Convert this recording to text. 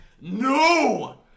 No